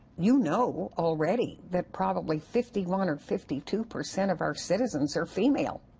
you know, already, that probably fifty one or fifty two percent of our citizens are female.